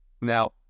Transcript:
Now